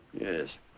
Yes